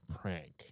prank